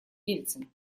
ельцин